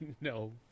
No